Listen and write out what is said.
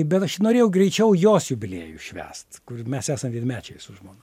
bet aš norėjau greičiau jos jubiliejų švęst kur mes esam vienmečiai su žmona